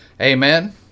amen